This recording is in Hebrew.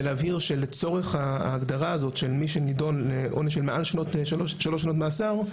ולהבהיר שלצורך ההגדרה הזאת של מי שנידון לעונש של מעל שלוש שנות מאסר,